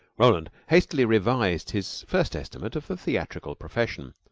roland hastily revised his first estimate of the theatrical profession.